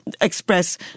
express